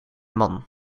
man